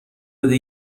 بده